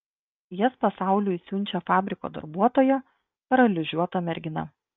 jas pasauliui siunčia fabriko darbuotoja paralyžiuota mergina